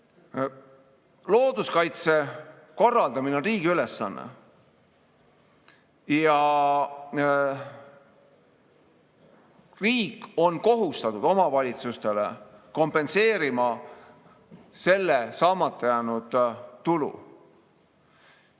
Looduskaitse korraldamine on riigi ülesanne. Ja riik on kohustatud omavalitsustele kompenseerima selle saamata jäänud tulu.